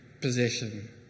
possession